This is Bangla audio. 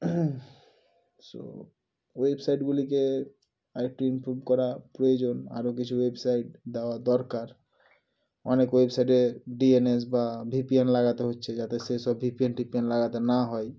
সো ওয়েবসাইটগুলিকে আর একটু ইম্প্রুভ করা প্রয়োজন আরও কিছু ওয়েবসাইট দেওয়া দরকার অনেক ওয়েবসাইটে ডি এন এস বা ভি পি এন লাগাতে হচ্ছে যাতে সে সব ভি পি এন টিপিএন লাগাতে না হয়